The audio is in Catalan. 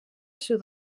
sud